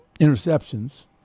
interceptions